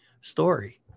story